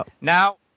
now